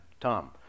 Tom